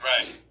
Right